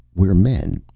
we're men,